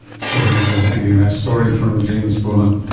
sophie mickel, ending that story from james bullen